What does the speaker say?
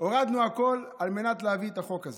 הורדנו הכול על מנת להביא את החוק הזה.